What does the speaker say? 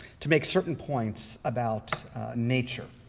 to make certain points about nature,